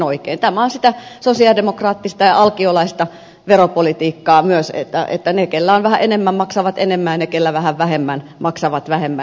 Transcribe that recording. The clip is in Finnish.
tämä on sitä sosialidemokraattista ja alkiolaista veropolitiikkaa myös että ne keillä on vähän enemmän maksavat enemmän ja ne keillä on vähän vähemmän maksavat vähemmän